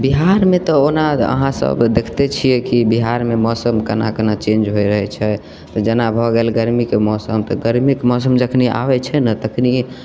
बिहारमे तऽ ओना अहाँ सब देखते छियै कि बिहारमे मौसम केना केना चेंज होइत हय छै जेना भऽ गेल गरमीके मौसम तऽ गरमीके मौसम जखने आबैत छै ने तखनिए